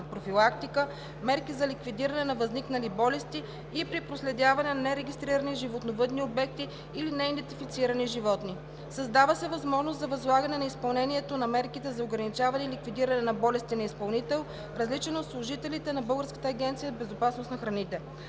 профилактика, мерки за ликвидиране на възникнали болести и при проследяване на нерегистрирани животновъдни обекти или неидентифицирани животни. Създава се възможност за възлагане на изпълнението на мерките за ограничаване и ликвидиране на болести на изпълнител, различен от служителите на Българската агенция по безопасност на храните.